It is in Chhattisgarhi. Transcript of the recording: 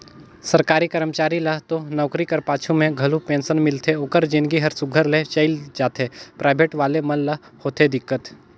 सरकारी करमचारी ल तो नउकरी कर पाछू में घलो पेंसन मिलथे ओकर जिनगी हर सुग्घर ले चइल जाथे पराइबेट वाले मन ल होथे दिक्कत